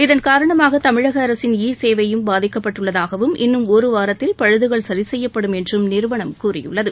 இதன் காரணமாக தமிழக அரசின் இ சேவையும் பாதிக்கப்பட்டுள்ளதாகவும் இன்னும் ஒரு வாரத்தில் பழுதுகள் சரி செய்யப்படும் என்றும் நிறுவனம் கூறியுள்ளது